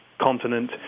continent